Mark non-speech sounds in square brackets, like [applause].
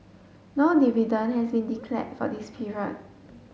[noise] no dividend has been declared for this period